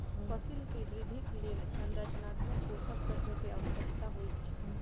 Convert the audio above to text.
फसिल के वृद्धिक लेल संरचनात्मक पोषक तत्व के आवश्यकता होइत अछि